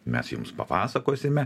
mes jums papasakosime